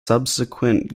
subsequent